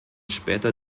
später